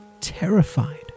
terrified